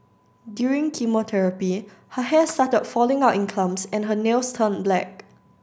during chemotherapy her hair started falling out in clumps and her nails turned black